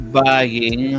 buying